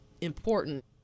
important